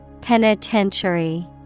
penitentiary